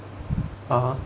(uh huh)